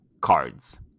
cards